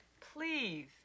Please